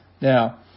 Now